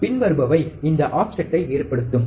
பின்வருபவை இந்த ஆஃப்செட்டை ஏற்படுத்தும்